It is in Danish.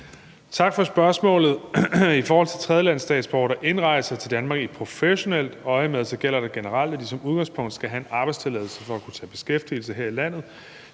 Tak for spørgsmålet. I forhold til tredjelandsstatsborgere, der indrejser til Danmark i professionelt øjemed, gælder det generelt, at de som udgangspunkt skal have en arbejdstilladelse for at kunne tage beskæftigelse her i landet.